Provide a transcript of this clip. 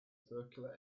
circular